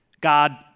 God